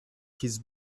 his